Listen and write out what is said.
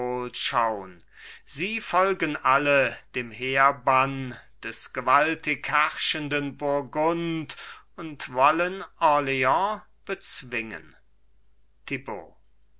sie folgen alle dem heerbann des gewaltig herrschenden burgund und wollen orleans bezwingen